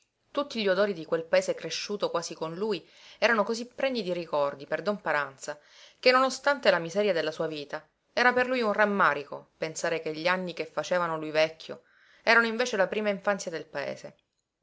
tutti gli odori di quel paese cresciuto quasi con lui erano cosí pregni di ricordi per don paranza che non ostante la miseria della sua vita era per lui un rammarico pensare che gli anni che facevano lui vecchio erano invece la prima infanzia del paese